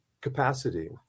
capacity